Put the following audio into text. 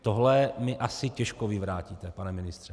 Tohle mi asi těžko vyvrátíte, pane ministře.